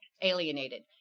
alienated